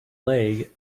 leg